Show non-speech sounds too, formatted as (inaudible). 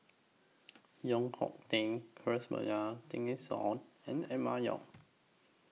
(noise) Koh Teng (unintelligible) Tessensohn and Emma Yong